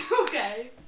Okay